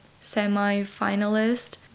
semi-finalist